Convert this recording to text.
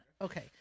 Okay